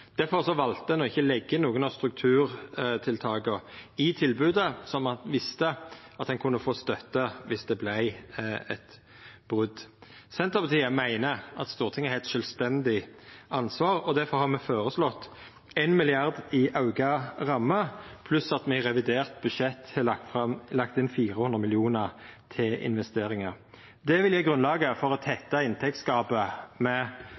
valde ein å ikkje leggja inn nokon av strukturtiltaka i tilbodet, slik at ein visste at ein kunne få støtte viss det vart eit brot. Senterpartiet meiner at Stortinget har eit sjølvstendig ansvar, og difor har me føreslått 1 mrd. kr i auka ramme, pluss at me i revidert budsjett har lagt inn 400 mill. kr til investeringar. Det vil gje grunnlaget for å tetta inntektsgapet med